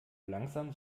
langsam